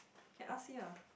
can ask him ah